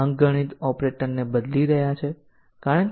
પરીક્ષકે શું કરવાનું છે